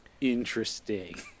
Interesting